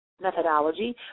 methodology